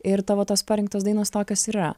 ir tavo tos parinktos dainos tokios yra